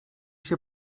się